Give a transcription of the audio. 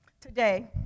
today